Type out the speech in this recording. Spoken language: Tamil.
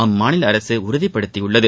அம்மாநில அரசு உறுதிப்படுத்தியுள்ளது